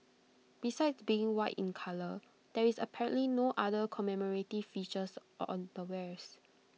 besides being white in colour there is apparently no other commemorative features on the wares